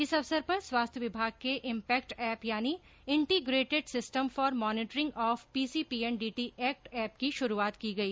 इस अवसर पर स्वास्थ्य विभाग के इम्पेक्ट एप यानि integrated system for monitoring of PCPNDT act app की शुरूआत की गई